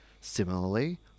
Similarly